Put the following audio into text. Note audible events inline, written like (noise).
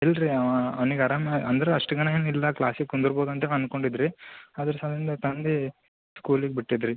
ಇಲ್ಲ ರಿ ಅವ ಅವ್ನಿಗೆ ಆರಾಮ ಅಂದ್ರೆ ಅಷ್ಟಕ್ಕನ ಏನಿಲ್ಲ ಕ್ಲಾಸಿಗೆ ಕುಂದಿರಬಹುದು ಅಂತ ಅನ್ಕೊಂಡಿದ್ದೆ ರೀ ಆದರೆ (unintelligible) ತಂದೆ ಸ್ಕೂಲಿಗೆ ಬಿಟ್ಟಿದ್ದು ರೀ